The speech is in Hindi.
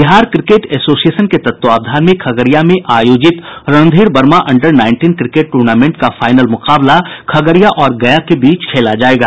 बिहार क्रिकेट एसोसिएशन के तत्वावधान में खगड़िया में आयोजित Randhir Verma under nineteen cricket tournament का फाइनल मुकाबला खगड़िया और गया के बीच खेला जायेगा